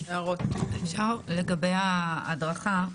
לגבי ההדרכה.